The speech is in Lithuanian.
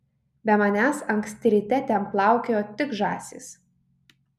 be manęs anksti ryte ten plaukiojo tik žąsys